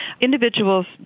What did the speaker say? individuals